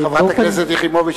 חברת הכנסת יחימוביץ,